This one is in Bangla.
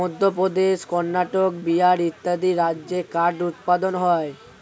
মধ্যপ্রদেশ, কর্ণাটক, বিহার ইত্যাদি রাজ্যে কাঠ উৎপাদন হয়